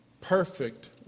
perfect